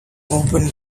opened